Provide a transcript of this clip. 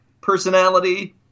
personality